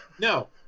no